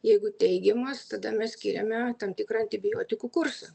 jeigu teigiamas tada mes skiriame tam tikrą antibiotikų kursą